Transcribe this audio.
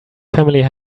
family